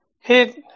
hit